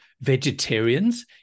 vegetarians